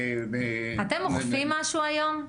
אתם אוכפים משהו היום?